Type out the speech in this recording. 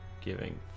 giving